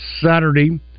Saturday